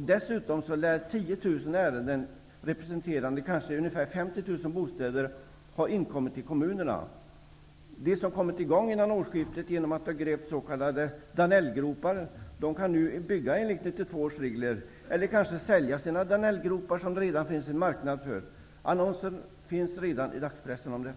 Dessutom lär 10 000 ärenden representerande ungefär 50 000 bostäder ha inkommit till kommunerna. De som kommit i gång innan årsskiftet genom att de har grävt s.k. Danellgropar kan nu bygga enligt 1992 års regler eller kanske sälja sina ''Danellgropar'', som det redan finns en marknad för. Annonser finns i dagspressen.